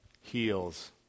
heals